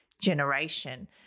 generation